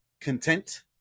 content